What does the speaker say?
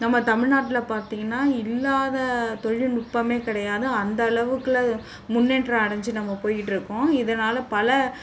நம்ம தமிழ்நாட்டுல பார்த்திங்கன்னா இல்லாத தொழில்நுட்பமே கிடையாது அந்த அளவுக்குல முன்னேற்றம் அடைஞ்சி நம்ம போய்ட்டு இருக்கோம் இதனால் பல